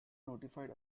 notified